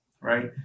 Right